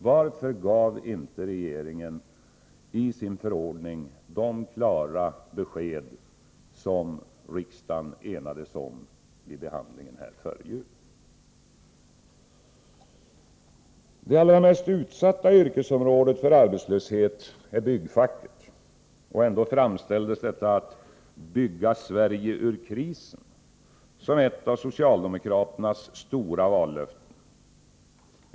Varför gav inte regeringen i sin förordning de klara besked som riksdagen enades om vid behandlingen här före jul? Det för arbetslöshet allra mest utsatta yrkesområdet är byggfacket. Ändå framställdes ”att bygga Sverige ur krisen” som ett av socialdemokraternas stora vallöften.